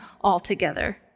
altogether